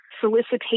solicitation